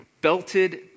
belted